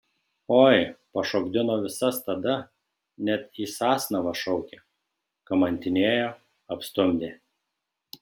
oi pašokdino visas tada net į sasnavą šaukė kamantinėjo apstumdė